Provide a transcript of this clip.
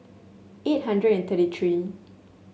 eight hundred and thirty three